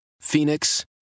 Phoenix